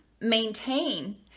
maintain